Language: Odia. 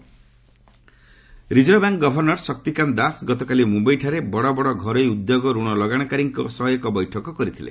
RBI meeting reserve bank governor Shaktikanta Das ଗତକାଲି ମୁମ୍ବାଇଠାରେ ବଡ଼ବଡ଼ ଘରୋଇ ଉଦ୍ୟୋଗ ରଣ ଲଗାଶକାରୀଙ୍କ ସହ ଏକ ବୈଠକ କରିଥିଲେ